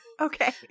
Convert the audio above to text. Okay